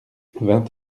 vingt